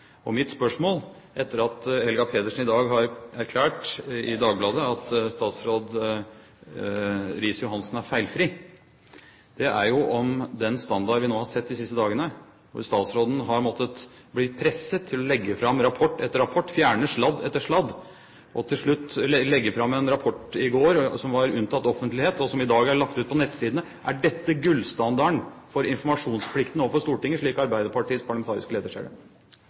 Og mitt spørsmål, etter at Helga Pedersen i dag har erklært i Dagbladet at statsråd Riis-Johansen er feilfri, er jo om den standard vi nå har sett de siste dagene – hvor statsråden har måttet bli presset til å legge fram rapport etter rapport, fjerne sladd etter sladd, og til slutt i går legge fram en rapport som var unntatt offentlighet, og som i dag er lagt ut på nettsidene – er gullstandarden for informasjonsplikten overfor Stortinget, slik Arbeiderpartiets parlamentariske leder ser det?